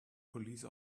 police